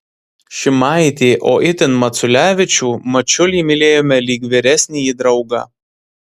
šimaitį o itin maculevičių mačiulį mylėjome lyg vyresnįjį draugą